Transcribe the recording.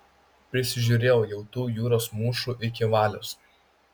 prisižiūrėjau jau tų jūros mūšų iki valios